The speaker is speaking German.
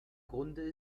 grunde